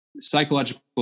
psychological